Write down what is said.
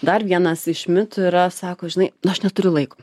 dar vienas iš mitų yra sako žinai nu aš neturiu laiko